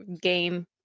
game